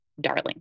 darling